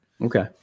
okay